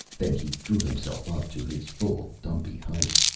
then he drew himself up to his full dumpy height.